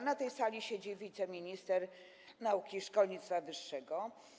Na tej sali siedzi wiceminister nauki i szkolnictwa wyższego.